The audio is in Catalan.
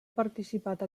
participat